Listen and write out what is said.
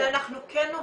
אנחנו כן אומרים